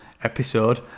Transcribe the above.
episode